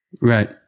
Right